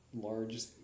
large